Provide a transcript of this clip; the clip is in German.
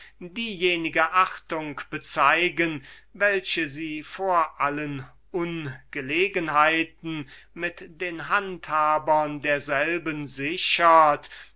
äußerliche achtung bezeugen wodurch sie vor allen ungelegenheiten mit den handhabern derselben gesichert